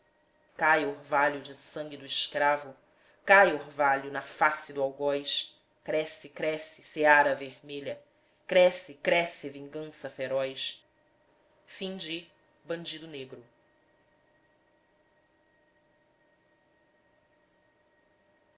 cai orvalho de sangue do escravo cai orvalho na face do algoz cresce cresce seara vermelha cresce cresce vingança feroz e o